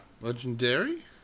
Legendary